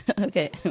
Okay